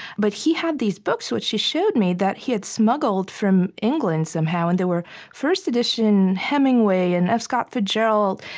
but he had these books, which she showed me, that he had smuggled from england somehow. and there were first edition hemingway and f. scott fitzgerald,